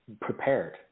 prepared